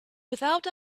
without